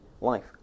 life